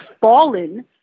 fallen